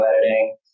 editing